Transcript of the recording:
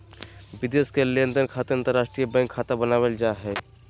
विदेश के लेनदेन खातिर अंतर्राष्ट्रीय बैंक खाता बनावल जा हय